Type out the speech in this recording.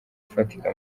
ufatika